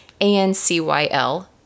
ANCYL